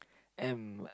M